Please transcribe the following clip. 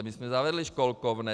My jsme zavedli školkovné.